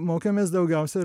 mokėmės daugiausia